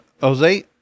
Jose